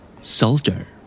Soldier